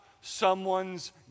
someone's